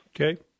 Okay